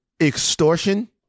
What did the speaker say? extortion